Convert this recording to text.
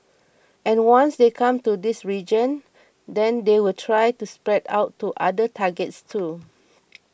and once they come to this region then they will try to spread out to other targets too